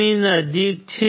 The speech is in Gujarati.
ની નજીક છે